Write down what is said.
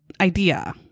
idea